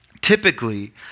Typically